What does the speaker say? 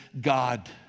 God